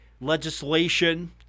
Legislation